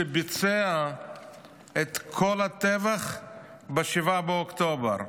שביצע את כל הטבח ב-7 באוקטובר.